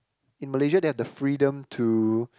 in Malaysia they have the freedom to